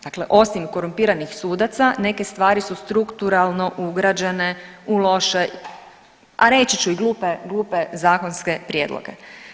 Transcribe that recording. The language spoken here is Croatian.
Dakle, osim korumpiranih sudaca neke stvari su strukturalno ugrađene u loše, a reći ću i glupe, glupe zakonske prijedloge.